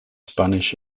spanish